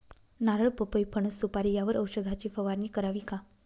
नारळ, पपई, फणस, सुपारी यावर औषधाची फवारणी करावी का?